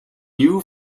new